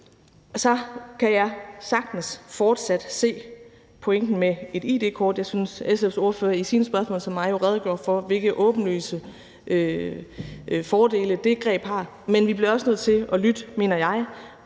så kan jeg sagtens fortsat se pointen med et id-kort. Jeg synes, at SF's ordfører i sine spørgsmål til mig jo redegjorde for, hvilke åbenlyse fordele det greb har, men vi bliver også nødt til at lytte, mener jeg,